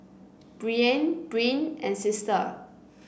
Breanne Bryn and Sister